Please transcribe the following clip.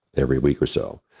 every week or so.